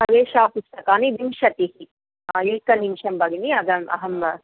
प्रवेशपुस्तकानि विंशतिः एक निमेषं भगिनि अहम् अहं